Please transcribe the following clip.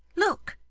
look